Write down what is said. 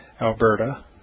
Alberta